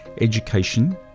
education